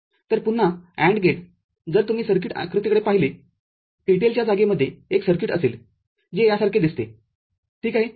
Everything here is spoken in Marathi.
तरपुन्हा AND गेटजर तुम्ही सर्किटआकृतीकडे पाहिले TTLच्या जागेमध्ये एक सर्किटअसेल जे यासारखे दिसते ठीक आहे